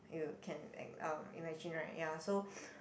you can act out imagine right ya so